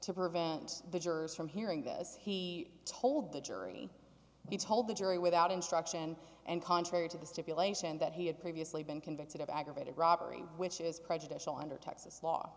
to prevent the jurors from hearing this he told the jury he told the jury without instruction and contrary to the stipulation that he had previously been convicted of aggravated robbery which is prejudicial under texas law